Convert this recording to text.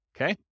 Okay